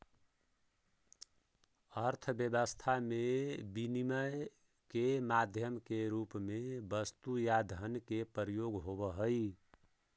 अर्थव्यवस्था में विनिमय के माध्यम के रूप में वस्तु या धन के प्रयोग होवऽ हई